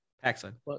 Paxson